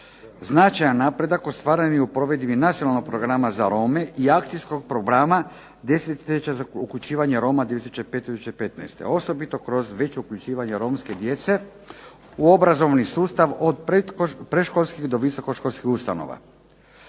Značajan napredak ostvaren je u provedbi nacionalnog programa za rome i akcijskog programa desetljeća za uključivanje roma 2005. do 2015. Osobito kroz veće uključivanje romske djece u obrazovni sustav od predškolskih do visokoškolskih ustanova,